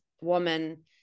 woman